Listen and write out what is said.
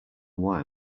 why